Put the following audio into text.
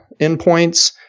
endpoints